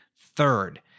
third